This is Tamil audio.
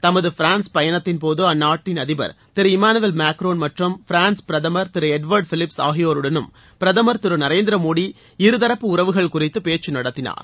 தமது பிரான்ஸ் பயணத்தின் போது அந்நாட்டின் அதிபர் திரு இமானுவேல் மேக்ரோன் மற்றும் பிரான்ஸ் பிரதமர் திரு எட்வார்டு பிலிப்ஸ் ஆகியோருடனும் பிரதமர் திரு நரேந்திர மோடி இருதரப்பு உறவுகள் குறித்து பேச்சு நடத்தினார்